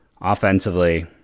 Offensively